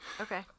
Okay